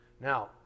now